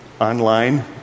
online